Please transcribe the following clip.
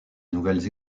nouvelles